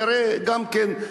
תראה, גם כן,